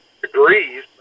degrees